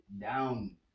down